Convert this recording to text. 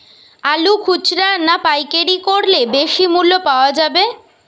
আলু খুচরা না পাইকারি করলে বেশি মূল্য পাওয়া যাবে?